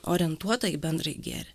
orientuota į bendrąjį gėrį